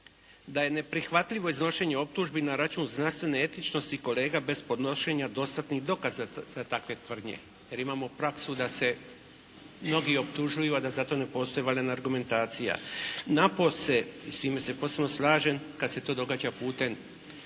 da je neprihvatljivo iznošenje optužbi na račun znanstvene etičnosti kolega bez podnošenja dostatnih dokaza za takve tvrdnje jer imamo praksu da se mnogi optužuju a da za to ne postoji valjana argumentacija, napose i s time se posebno slažem kad se to događa putem